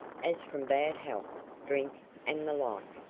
as from bad health drink, and the like.